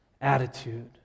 attitude